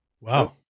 Wow